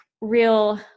real